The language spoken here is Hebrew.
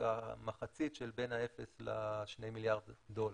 המחצית של בין האפס לשני מיליארד דולר.